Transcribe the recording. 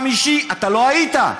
בחמישי אתה לא היית,